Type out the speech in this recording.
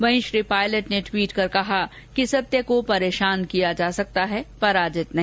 वहीं श्री पायलट ने ट्वीट कर कहा कि सत्य को परेशान किया जा सकता है पराजित नहीं